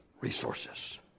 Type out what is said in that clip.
resources